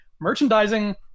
merchandising